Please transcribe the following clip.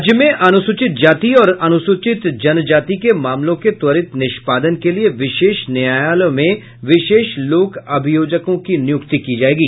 राज्य में अनुसूचित जाति और अनुसूचित जनजाति के मामलों के त्वरित निष्पादन के लिए विशेष न्यायालयों में विशेष लोक अभियोजकों की नियुक्ति की जायेगी